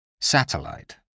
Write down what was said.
satellite